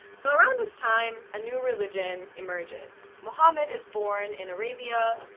so around this time, a new religion emerges. muhammad is born in arabia,